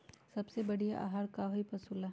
सबसे बढ़िया आहार का होई पशु ला?